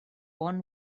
one